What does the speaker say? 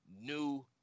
new